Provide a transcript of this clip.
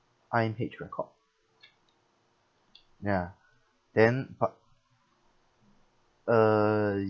I_M_H record ya then but uh